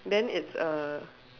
then it's a